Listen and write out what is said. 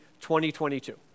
2022